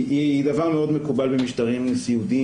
היא דבר מאוד מקובל במשטרים נשיאותיים